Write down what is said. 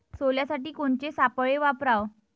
सोल्यासाठी कोनचे सापळे वापराव?